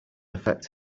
affect